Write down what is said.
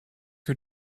her